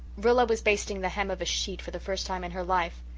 rilla was basting the hem of a sheet for the first time in her life.